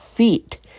feet